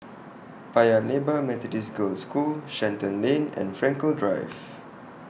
Paya Lebar Methodist Girls' School Shenton Lane and Frankel Drive